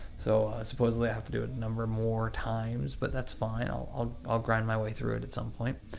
so, supposedly, i have to do it a number more times, but that's fine. i'll i'll grind my way through it at some point.